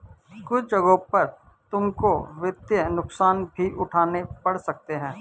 कुछ जगहों पर तुमको वित्तीय नुकसान भी उठाने पड़ सकते हैं